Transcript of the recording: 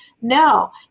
No